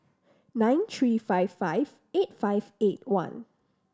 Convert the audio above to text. nine three five five eight five eight one